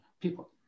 people